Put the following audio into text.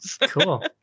Cool